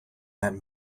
that